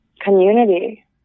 community